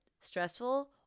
stressful